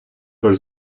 тож